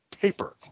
paper